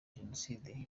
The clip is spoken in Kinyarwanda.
jenoside